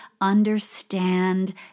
understand